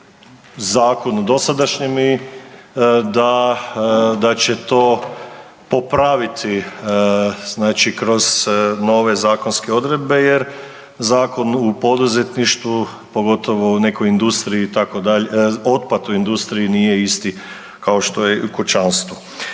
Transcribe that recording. zakonu dosadašnjem i da će to popraviti kroz nove zakonske odredbe jer zakon u poduzetništvu, pogotovo u nekoj industriji, otpad u industriji nije isti kao što je u kućanstvu.